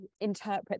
interpret